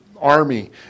army